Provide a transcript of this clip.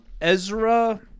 Ezra